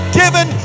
given